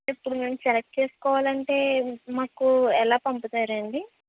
ఇప్పుడు మేము సెలెక్ట్ చేసుకోవాలి అంటే మాకు ఎలా పంపుతారు అండి